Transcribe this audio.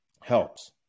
helps